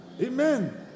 amen